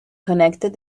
connected